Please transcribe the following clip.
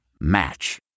Match